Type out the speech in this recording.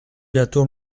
bientôt